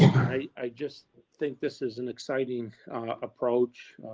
i just think this is an exciting approach.